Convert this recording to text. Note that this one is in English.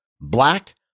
Black